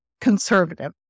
conservative